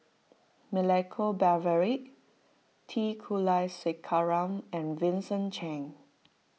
Milenko Prvacki T Kulasekaram and Vincent Cheng